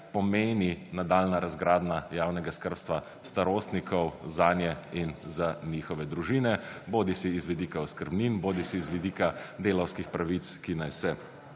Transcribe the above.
pomeni nadaljnja razgradnja javnega skrbstva starostnikov zanje in za njihove družine bodisi z vidika oskrbnin bodisi z vidika delavskih pravic, ki naj se